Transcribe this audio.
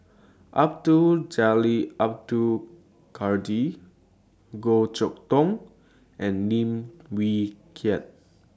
Abdul Jalil Abdul Kadir Goh Chok Tong and Lim Wee Kiak